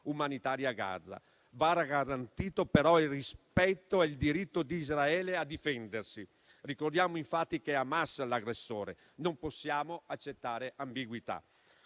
umanitari a Gaza. Va però garantito il rispetto e il diritto di Israele a difendersi. Ricordiamo infatti che è Hamas l'aggressore. Non possiamo accettare ambiguità: